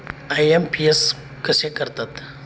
IMPS कसे करतात?